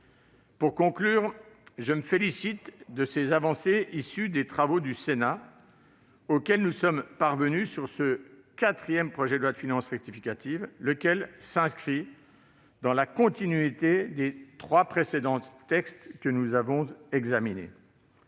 Pour conclure, je me félicite des avancées issues des travaux du Sénat auxquelles nous sommes parvenus sur ce quatrième projet de loi de finances rectificative, lequel s'inscrit dans la continuité des trois précédents textes que nous avons examinés.